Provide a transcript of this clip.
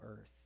earth